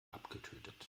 abgetötet